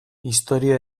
istorio